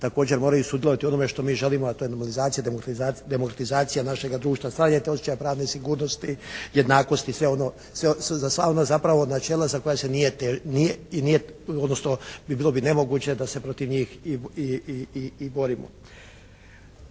također moraju sudjelovati u onome što mi želimo, a to je normalizacija, demultizacija našega društva. Stvaranje osjećaja pravne sigurnosti, jednakosti, sve ono, za sva ona zapravo načela za koje se nije i nije, odnosno bilo bi nemoguće da se protiv njih i borimo.